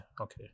okay